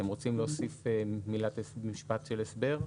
אתם רוצים להוסיף משפט של הסבר?